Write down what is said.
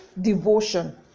devotion